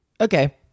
okay